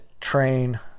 train